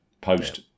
post